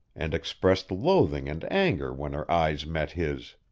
and expressed loathing and anger when her eyes met his?